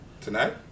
Tonight